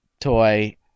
toy